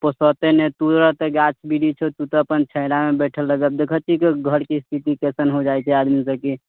पोसेतै नहि तू हइ एतय गाछ वृक्ष हइ तू तऽ अपन छायामे बैठल रहैत छिही देखैत छिही घरके स्थिति कैसन हो जाइत छै आदमीसभके